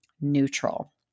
neutral